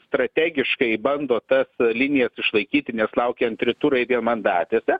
strategiškai bando tas linijas išlaikyti nes laukia antri turai vienmandatėse